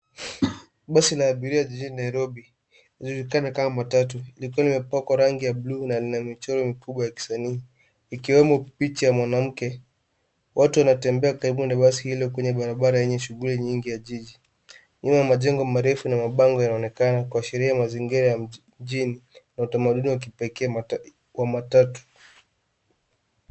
Basi la abiria jijini nairobi, linajulikana kama matatu, likiwa limepakwa rangi ya buluu na lina michoro mikubwa ya kisanii, likiwemo picha ya mwanamke. Watu wanatembea karibu na basi hilo kwenye barabara lenye shughuli nyingi ya jiji. Wingo za majengo marefu na mabango yanaonekana kuashiria mazingira ma mjini na utamaduni wa kipekee wa matatu.